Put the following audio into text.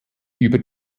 über